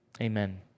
Amen